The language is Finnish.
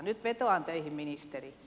nyt vetoan teihin ministeri